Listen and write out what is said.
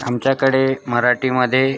आमच्याकडे मराठीमध्ये